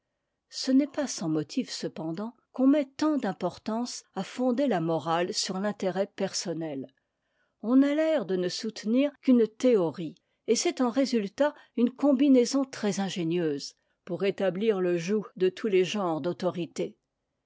ce n'est pas sans motif cependant qu'on met tant d'importance à fonder la morale sur l'intérêt personne on a l'air de ne soutenir qu'une théorie et c'est en résultat une combinaison très ingénieuse pour établir le joug de tous les genres d'autorité